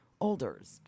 olders